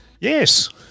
Yes